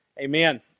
amen